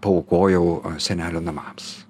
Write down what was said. paaukojau senelių namams